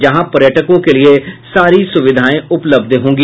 जहां पर्यटकों के लिये सारी सुविधायें उपलब्ध होंगी